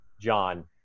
John